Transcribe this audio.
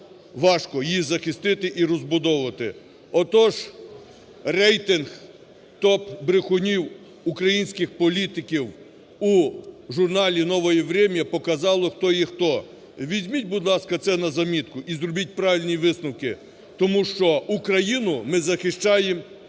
важко її захистити і розбудовувати. Отож, рейтинг топ-брехунів українських політиків у журналі "Новое время" показало, хто є хто. Візьміть, будь ласка, це на замітку і зробіть правильні висновки, тому що Україну ми захищаємо